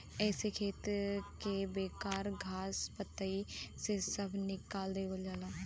एके खेत के बेकार घास पतई से सभ निकाल देवल जाला